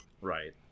Right